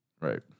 Right